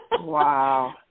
Wow